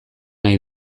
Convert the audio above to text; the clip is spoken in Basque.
nahi